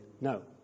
no